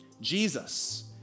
Jesus